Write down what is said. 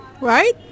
Right